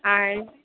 आण